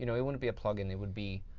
you know it wouldn't be a plugin. it would be